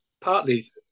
partly